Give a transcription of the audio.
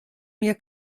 mir